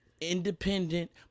independent